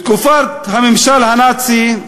בתקופת הממשל הנאצי,